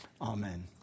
amen